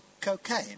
Cocaine